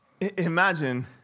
Imagine